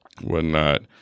whatnot